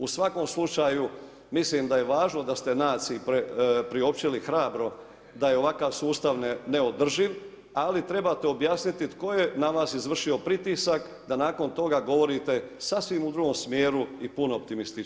U svakom slučaju mislim da je važno da ste naciji priopćili hrabro da je ovakav sustav neodrživ ali trebate objasniti tko je na vas izvršio pritisak da nakon toga govorite sasvim u drugom smjeru i puno optimističnije.